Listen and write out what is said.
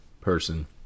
person